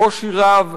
קושי רב,